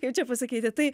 kaip čia pasakyti tai